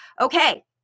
Okay